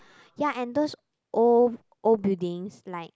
ya and those old old buildings like